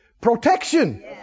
Protection